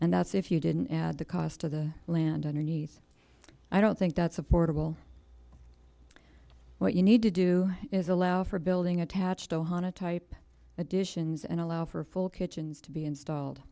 and that's if you didn't add the cost of the land underneath i don't think that's affordable what you need to do is allow for building attached ohana type additions and allow for full kitchens to be installed